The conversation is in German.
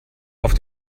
auf